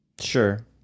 Sure